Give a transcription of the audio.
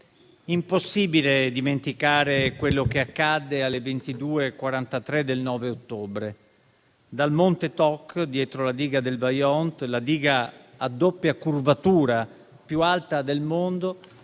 Impossibile dimenticare quello che accadde alle ore 22,43 del 9 ottobre. Dal monte Toc, dietro la diga del Vajont (la diga a doppia curvatura più alta del mondo),